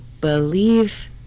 believe